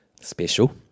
special